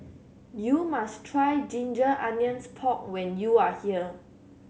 you must try ginger onions pork when you are here